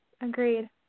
agreed